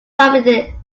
suffering